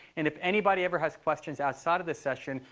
and if anybody ever has questions outside of this session,